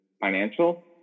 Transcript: financial